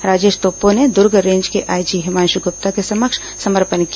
राजेश तोप्ता ने दूर्ग रेंज के आईजी हिमांशु गुप्ता के समक्ष समर्पण किया